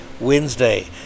Wednesday